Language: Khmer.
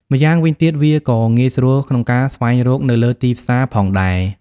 ម្យ៉ាងវិញទៀតវាក៏ងាយស្រួលក្នុងការស្វែងរកនៅលើទីផ្សារ ផងដែរ។